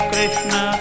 Krishna